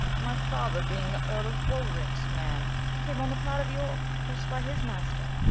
my father being the earle of warwickes man, came on the part of yorke, prest by his master